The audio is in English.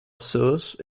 source